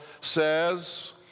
says